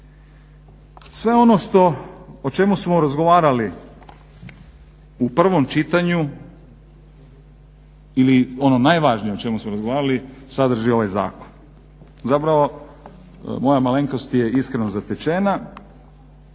Sve ono o čemu smo razgovarali u prvom čitanju ili ono najvažnije o čemu smo razgovarali sadrži ovaj zakon. Zapravo moja malenkost je iskreno zatečena,